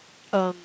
um